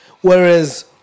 Whereas